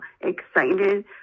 excited